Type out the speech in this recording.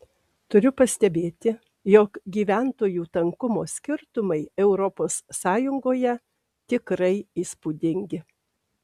turiu pastebėti jog gyventojų tankumo skirtumai europos sąjungoje tikrai įspūdingi